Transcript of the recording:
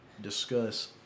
discuss